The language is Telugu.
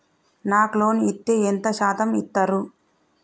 నాకు లోన్ ఇత్తే ఎంత శాతం ఇత్తరు?